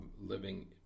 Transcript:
living